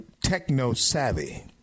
techno-savvy